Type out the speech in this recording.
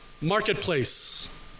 marketplace